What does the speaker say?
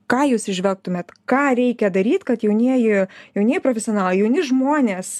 ką jūs įžvelgtumėt ką reikia daryt kad jaunieji jaunieji profesionalai jauni žmonės